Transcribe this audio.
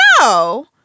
no